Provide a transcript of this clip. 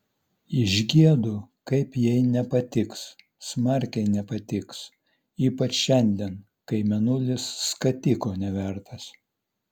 išgiedu kaip jai nepatiks smarkiai nepatiks ypač šiandien kai mėnulis skatiko nevertas